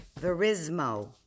verismo